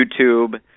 YouTube